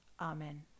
Amen